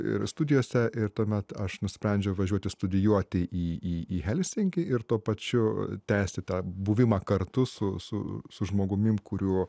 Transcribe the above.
ir studijose ir tuomet aš nusprendžiau važiuoti studijuoti į į į helsinkį ir tuo pačiu tęsti tą buvimą kartu su su su žmogumim kuriuo